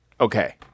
Okay